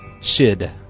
Shid